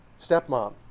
stepmom